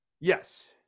Yes